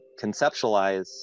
conceptualize